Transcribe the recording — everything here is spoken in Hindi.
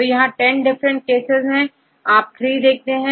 तो यहां10 डिफरेंट केसेस देखते हैं यहां आप ट्री देख सकते हैं